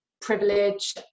privilege